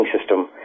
system